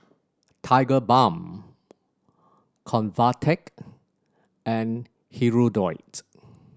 Tigerbalm Convatec and Hirudoid